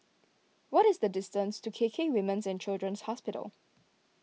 what is the distance to K K Women's and Children's Hospital